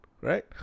Right